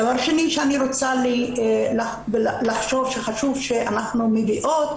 דבר שני שאני רוצה לחשוב שחשוב שאנחנו מביאות,